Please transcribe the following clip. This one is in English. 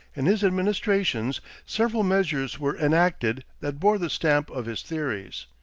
in his administrations several measures were enacted that bore the stamp of his theories,